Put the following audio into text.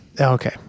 Okay